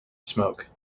smoke